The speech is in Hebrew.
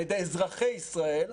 על ידי אזרחי ישראל,